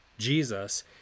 Jesus